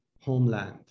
homeland